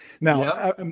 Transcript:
Now